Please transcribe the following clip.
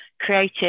creative